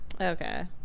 Okay